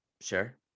Sure